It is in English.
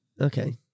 Okay